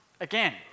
again